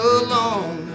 alone